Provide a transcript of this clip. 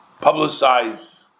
publicize